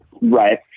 right